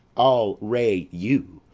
i'll re you,